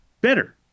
better